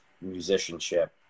musicianship